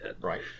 Right